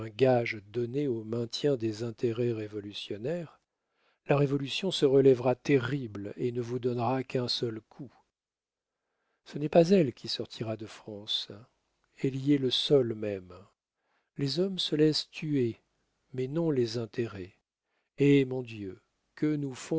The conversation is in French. gage donné au maintien des intérêts révolutionnaires la révolution se relèvera terrible et ne vous donnera qu'un seul coup ce n'est pas elle qui sortira de france elle y est le sol même les hommes se laissent tuer mais non les intérêts eh mon dieu que nous